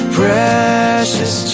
precious